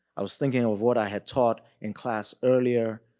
i was thinking of what i had taught in class earlier.